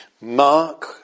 Mark